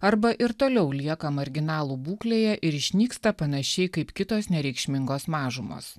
arba ir toliau lieka marginalų būklėje ir išnyksta panašiai kaip kitos nereikšmingos mažumos